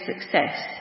success